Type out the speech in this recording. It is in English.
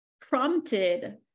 prompted